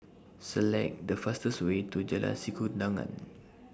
Select The fastest Way to Jalan Sikudangan